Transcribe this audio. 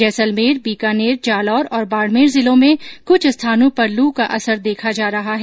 जैसमलेर बीकानेर जालौर और बाड़मेर जिलों में कुछ स्थानों पर लू का असर देखा जा रहा है